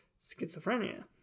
schizophrenia